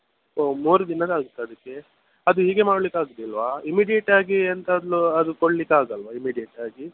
ಒಹ್ ಮೂರು ದಿನ ತಾಗತ್ತಾ ಅದಕ್ಕೆ ಅದು ಈಗ ಮಾಡಲಿಕ್ಕೆ ಆಗುವುದಿಲ್ವಾ ಇಮಿಡಿಯೇಟ್ ಆಗಿ ಎಂತಾದರೂ ಅದು ಕೊಡಲಿಕ್ಕೆ ಆಗಲ್ವಾ ಇಮಿಡಿಯೇಟಾಗಿ